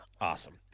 Awesome